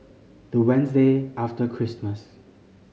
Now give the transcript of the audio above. the Wednesday after Christmas